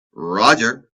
roger